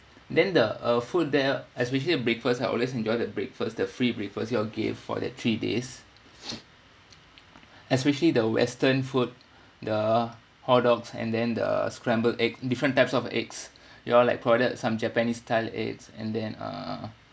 then the uh food there especially the breakfast I always enjoy the breakfast the free breakfast you all gave for that three days especially the western food the hot dogs and then the scrambled egg different types of eggs you all like provided some japanese style eggs and then uh